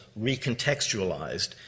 recontextualized